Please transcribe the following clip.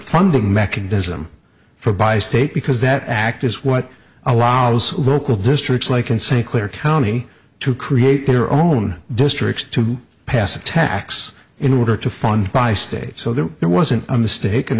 funding mechanism for by state because that act is what allows local districts like in st clair county to create their own districts to pass a tax in order to fund by state so that there wasn't a mistake an